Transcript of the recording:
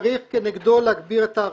צריך כנגדו להגביר את ההרתעה,